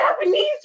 Japanese